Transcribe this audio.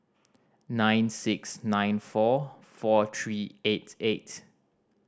nine six nine four four three eight eight